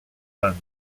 vannes